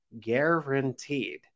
Guaranteed